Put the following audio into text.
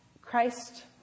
Christ